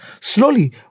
Slowly